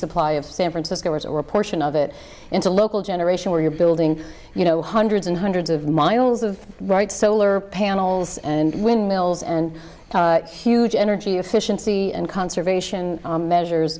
supply of san francisco and or a portion of it into a local generation where you're building you know hundreds and hundreds of miles of right solar panels and wind mills and huge energy efficiency and conservation measures